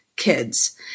kids